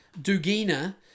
Dugina